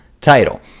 title